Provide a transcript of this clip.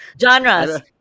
Genres